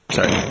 Sorry